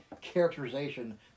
characterization